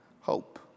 hope